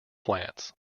plants